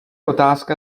otázka